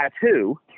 tattoo